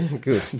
Good